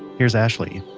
here's ashley